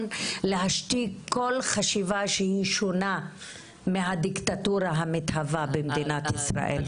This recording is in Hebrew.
להשתיק כל חשיבה שהיא שונה מהדיקטטורה המתהווה במדינת ישראל.